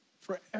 forever